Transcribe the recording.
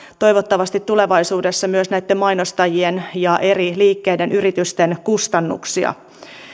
toivottavasti tulevaisuudessa myös näitten mainostajien ja eri liikkeiden ja yritysten kustannuksia